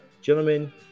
gentlemen